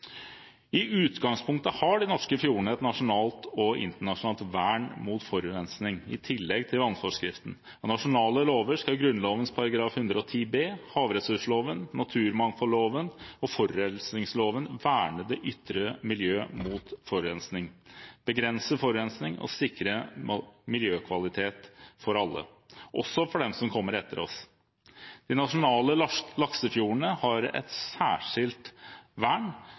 I utgangspunktet har de norske fjordene et nasjonalt og internasjonalt vern mot forurensning i tillegg til vannforskriften. Av nasjonale lover skal Grunnloven § 110 b, havressursloven, naturmangfoldloven og forurensningsloven verne det ytre miljøet mot forurensing, begrense forurensning og sikre miljøkvalitet for alle, også for dem som kommer etter oss. De nasjonale laksefjordene har et særskilt vern